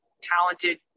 talented